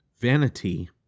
vanity